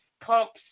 pumps